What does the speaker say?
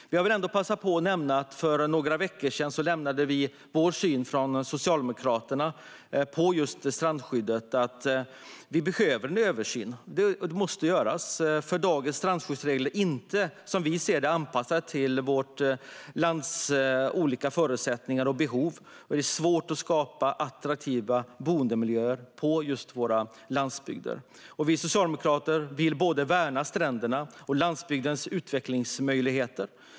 Jag vill ändå passa på att nämna att vi från Socialdemokraterna för några veckor sedan lämnade vår syn på just strandskyddet. Vi behöver en översyn. Det måste göras eftersom dagens strandskyddsregler som vi ser det inte är anpassade till vårt lands olika förutsättningar och behov. Det är svårt att skapa attraktiva boendemiljöer på vår landsbygd. Vi socialdemokrater vill värna både stränderna och landsbygdens utvecklingsmöjligheter.